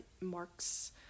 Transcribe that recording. marks